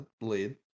lead